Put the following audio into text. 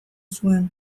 zuen